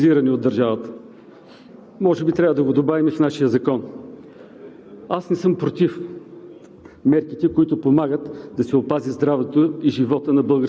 частни лечебни заведения, които са отказали да изпълнят заповед, са били реквизирани от държавата. Може би трябва да го добавим и в нашия закон. Аз не съм против